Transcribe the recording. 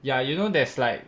ya you know there's like